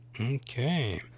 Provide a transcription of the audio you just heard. Okay